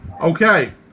Okay